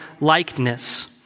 likeness